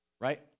Right